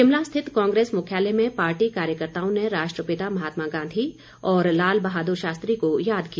शिमला स्थित कांग्रेस मुख्यालय में पार्टी कार्यकर्ताओं ने राष्ट्रपिता महात्मा गांधी और लाल बहादुर शास्त्री को याद किया